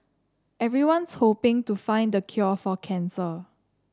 everyone's hoping to find the cure for cancer